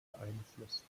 beeinflusst